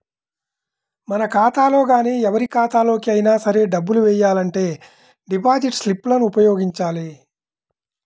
మన ఖాతాలో గానీ ఎవరి ఖాతాలోకి అయినా సరే డబ్బులు వెయ్యాలంటే డిపాజిట్ స్లిప్ లను ఉపయోగించాలి